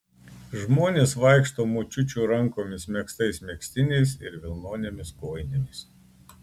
žmonės vaikšto močiučių rankomis megztais megztiniais ir vilnonėmis kojinėmis